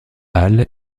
halle